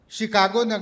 Chicago